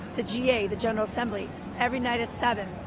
the g a. the general assembly every night at seven.